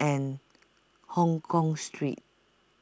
and Hongkong Street